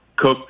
Cook